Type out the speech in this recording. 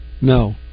No